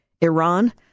Iran